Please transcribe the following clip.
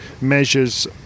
measures